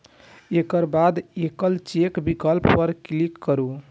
एकर बाद एकल चेक विकल्प पर क्लिक करू